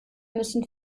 müssen